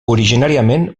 originàriament